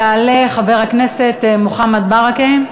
יעלה חבר הכנסת מוחמד ברכה,